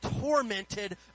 tormented